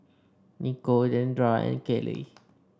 Nikko Deandra and Kaley